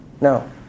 No